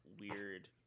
weird